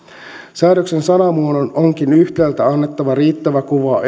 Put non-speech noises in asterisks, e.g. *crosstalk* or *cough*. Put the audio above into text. säädöksen sanamuodon onkin yhtäältä annettava riittävä kuva *unintelligible*